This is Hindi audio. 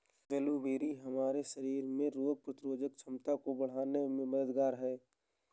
ब्लूबेरी हमारे शरीर में रोग प्रतिरोधक क्षमता को बढ़ाने में मददगार है